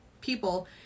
people